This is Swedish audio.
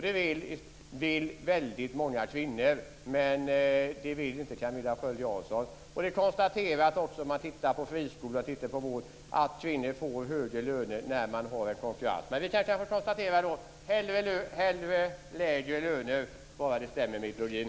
Det vill väldigt många kvinnor, men det vill inte Camilla Sköld Jansson. Vi kan också konstatera om vi tittar på friskolor och på vården att kvinnor får högre löner när man har konkurrens. Men konstaterandet blir alltså: hellre lägre löner, bara det stämmer med ideologin.